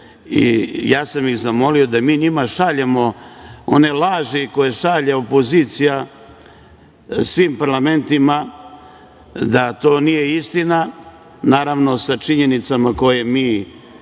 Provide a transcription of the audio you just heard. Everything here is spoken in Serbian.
Ja sam ih zamolio da mi njima šaljemo one laži koje šalje opozicija svim parlamentima, da to nije istina, naravno sa činjenicama sa kojima